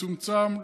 מצומצם,